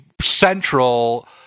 central